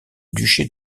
duché